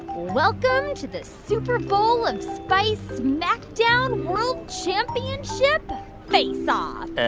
welcome to the super bowl of spice smackdown world championship faceoff.